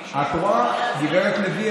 את רואה, גברתי, לוי?